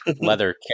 leather